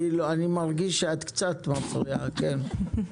אני מרגיש שאת קצת מפריעה, כן.